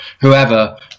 whoever